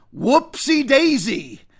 Whoopsie-daisy